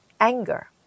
anger